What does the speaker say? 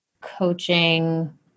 coaching